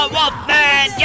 Wolfman